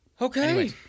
Okay